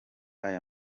aya